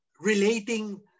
relating